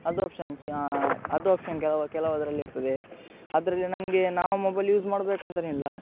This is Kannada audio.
ಅದು ಆಪ್ಷನ್ ಕೆ ಅದು ಆಪ್ಷನ್ ಕೆಲವದರಲ್ಲಿರ್ತದೆ ಅದರಲ್ಲಿ ನಮಗೆ ನಾವು ಮೊಬೈಲ್ ಯೂಸ್ ಮಾಡ್ಬೇಕಂತ ಇಲ್ಲ